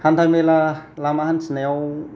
हान्थामेला लामा हान्थिनायाव